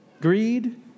greed